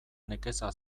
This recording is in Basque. nekeza